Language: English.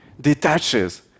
detaches